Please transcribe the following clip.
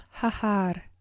Hahar